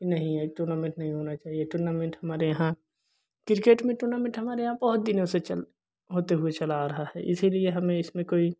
ये नहीं है टूर्नामेंट नहीं होना चाहिए टूर्नामेंट हमारे यहाँ क्रिकेट में टूर्नामेंट हमरे यहाँ बहुत दिनों से चल होते हुए चला आ रहा है इसलिए हमें इसमें कोई